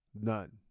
None